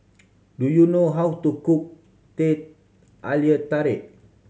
do you know how to cook Teh Halia Tarik